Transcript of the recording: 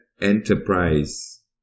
Enterprise